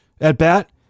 at-bat